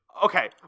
Okay